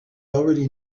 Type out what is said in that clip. already